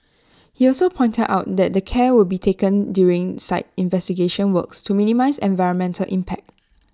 he also pointed out that care will be taken during site investigation works to minimise environmental impact